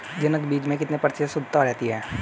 जनक बीज में कितने प्रतिशत शुद्धता रहती है?